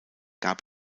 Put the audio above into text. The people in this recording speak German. gab